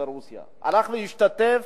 ברוסיה, הלך להשתתף